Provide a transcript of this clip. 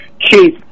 Chief